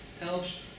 helps